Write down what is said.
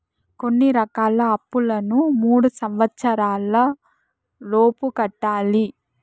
కొన్ని రకాల అప్పులను మూడు సంవచ్చరాల లోపు కట్టాలి